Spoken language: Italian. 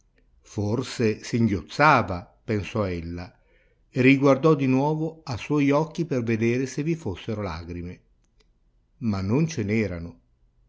forse singhiozzava pensò ella e riguardò di nuovo a suoi occhi per vedere se vi fossero lagrime ma non ce n'erano